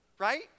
Right